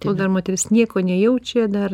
kol dar moteris nieko nejaučia dar